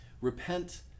Repent